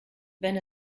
wenn